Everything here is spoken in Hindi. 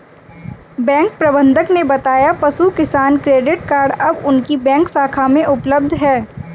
बैंक प्रबंधक ने बताया पशु किसान क्रेडिट कार्ड अब उनकी बैंक शाखा में उपलब्ध है